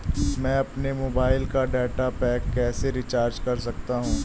मैं अपने मोबाइल का डाटा पैक कैसे रीचार्ज कर सकता हूँ?